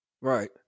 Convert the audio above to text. Right